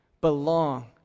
belong